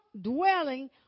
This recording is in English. dwelling